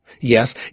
Yes